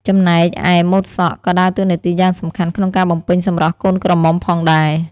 ចំណែកឯម៉ូតសក់ក៏ដើរតួនាទីយ៉ាងសំខាន់ក្នុងការបំពេញសម្រស់កូនក្រមុំផងដែរ ។